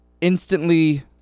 instantly